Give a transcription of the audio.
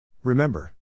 Remember